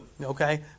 Okay